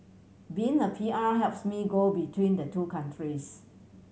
being a P R helps me go between the two countries